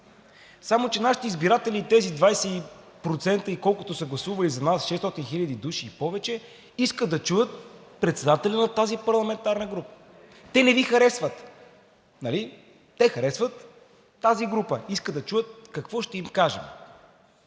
само че нашите избиратели – тези 20% и колкото са гласували за нас, 600 хиляди души и повече, искат да чуят председателя на тази парламентарна група. Те не Ви харесват, нали, те харесват тази група, искат да чуят какво ще им кажем.